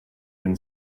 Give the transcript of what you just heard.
been